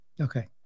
Okay